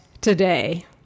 today